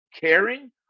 caring